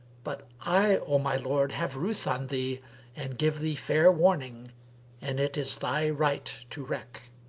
but i, o my lord, have ruth on thee and give thee fair warning and it is thy right to reck.